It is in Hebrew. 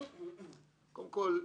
קודם כל,